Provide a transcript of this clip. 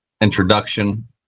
introduction